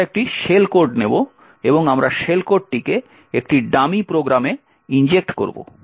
আমরা একটি shell code নেব এবং আমরা শেল কোডটিকে একটি ডামি প্রোগ্রামে ইনজেক্ট করব